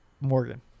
morgan